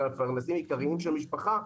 שהם המפרנסים העיקריים של המשפחה,